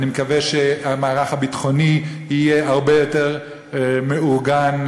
אני מקווה שהמערך הביטחוני יהיה הרבה יותר מאורגן.